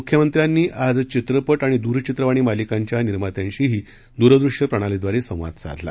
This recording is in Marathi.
मुख्यमंत्र्यांनी आज चित्रपट आणि द्रचित्रवाणी मालिकांच्या निर्मात्यांशीही द्रदृश्य प्रणालीद्वारे संवाद साधला